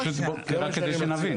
פשוט רק כדי שנבין.